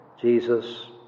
Jesus